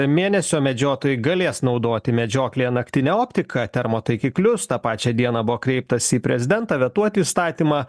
mėnesio medžiotojai galės naudoti medžioklėje naktinę optiką termo taikiklius tą pačią dieną buvo kreiptasi į prezidentą vetuot įstatymą